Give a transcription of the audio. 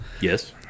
yes